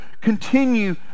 continue